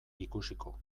ikusiko